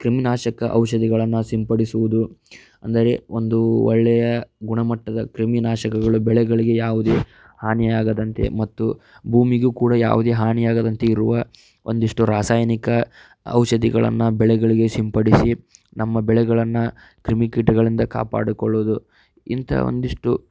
ಕ್ರಿಮಿನಾಶಕ ಔಷಧಿಗಳನ್ನು ಸಿಂಪಡಿಸುವುದು ಅಂದರೆ ಒಂದು ಒಳ್ಳೆಯ ಗುಣಮಟ್ಟದ ಕ್ರಿಮಿನಾಶಕಗಳು ಬೆಳೆಗಳಿಗೆ ಯಾವುದೇ ಹಾನಿಯಾಗದಂತೆ ಮತ್ತು ಭೂಮಿಗು ಕೂಡ ಯಾವುದೇ ಹಾನಿಯಾಗದಂತೆ ಇರುವ ಒಂದಷ್ಟು ರಾಸಾಯನಿಕ ಔಷಧಿಗಳನ್ನು ಬೆಳೆಗಳಿಗೆ ಸಿಂಪಡಿಸಿ ನಮ್ಮ ಬೆಳೆಗಳನ್ನು ಕ್ರಿಮಿಕೀಟಗಳಿಂದ ಕಾಪಾಡಿಕೊಳ್ಳುವುದು ಇಂತಹ ಒಂದಿಷ್ಟು